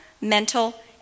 mental